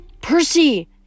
Percy